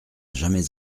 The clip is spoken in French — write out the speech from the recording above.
jamais